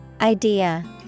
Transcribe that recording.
Idea